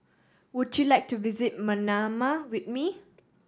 would you like to visit Manama with me